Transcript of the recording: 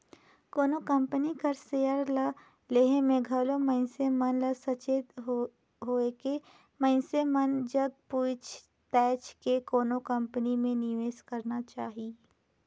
कोनो कंपनी कर सेयर ल लेहे में घलो मइनसे मन ल सचेत होएके मइनसे मन जग पूइछ ताएछ के कोनो कंपनी में निवेस करेक चाही